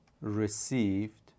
received